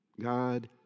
God